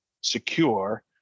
secure